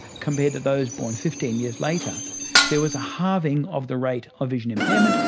compared to those born fifteen years later there was a halving of the rate of vision impairment,